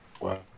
Wow